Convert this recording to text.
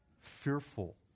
fearful